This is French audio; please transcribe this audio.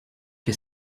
que